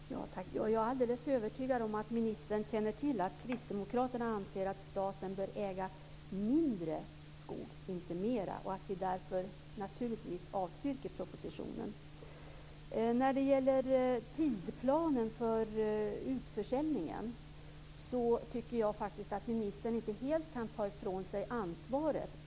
Fru talman! Jag är alldeles övertygad om att ministern känner till att Kristdemokraterna anser att staten bör äga mindre skog, inte mera, och att vi därför naturligtvis avstyrker propositionen. När det gäller tidsplanen för utförsäljningen tycker jag att ministern inte helt kan ta från sig ansvaret.